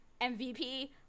MVP